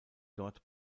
dort